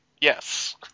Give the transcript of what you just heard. Yes